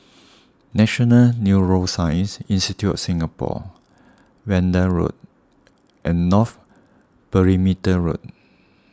National Neuroscience Institute of Singapore Vanda Road and North Perimeter Road